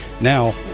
Now